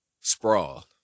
Sprawl